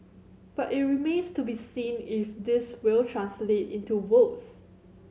but it remains to be seen if this will translate into votes